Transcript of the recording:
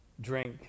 drink